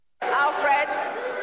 Alfred